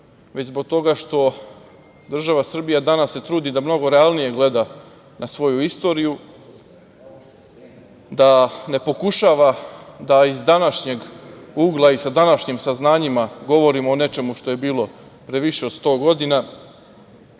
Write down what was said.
već zbog toga što država Srbija danas se trudi da mnogo realnije gleda na svoju istoriju, da ne pokušava da iz današnjeg ugla i sa današnjim saznanjima, govorim o nečemu što je bilo pre više od 100 godina,